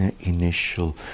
initial